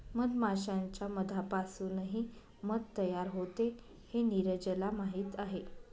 मधमाश्यांच्या मधापासूनही मध तयार होते हे नीरजला माहीत आहे